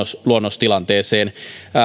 luonnostilanteeseen